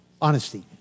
Honesty